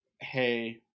hey